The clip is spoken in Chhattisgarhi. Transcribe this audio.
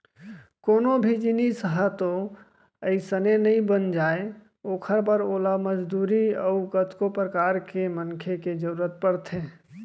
कोनो भी जिनिस ह तो अइसने नइ बन जाय ओखर बर ओला मजदूरी अउ कतको परकार के मनखे के जरुरत परथे